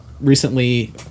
recently